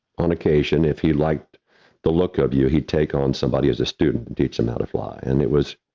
on occasion, if he liked the look of you, he'd take on somebody who's a student, teach them how to fly. and it was,